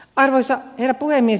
arvoisa herra puhemies